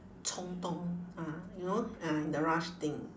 冲动：chong dong ah you know ah in a rush thing